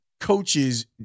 coaches